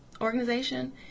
Organization